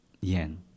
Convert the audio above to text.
yen